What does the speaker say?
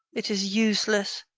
it is useless.